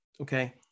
Okay